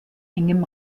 engem